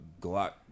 Glock